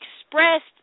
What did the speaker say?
expressed